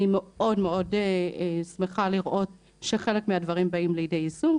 אני מאוד מאוד שמחה לראות שחלק מהדברים באים לידי יישום,